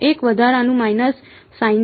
એક વધારાનું minus sine